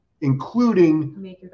including